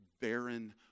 barren